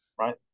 right